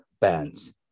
bands